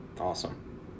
Awesome